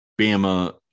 Bama